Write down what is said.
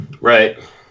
Right